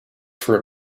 for